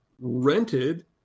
rented